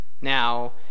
Now